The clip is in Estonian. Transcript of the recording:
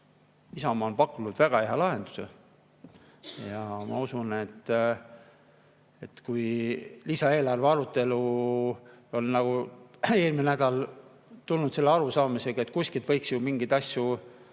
Isamaa on pakkunud väga hea lahenduse. Ja ma usun, et kui lisaeelarve arutelul on eelmine nädal tuldud siia saali selle arusaamisega, et kuskilt võiks ju mingeid asju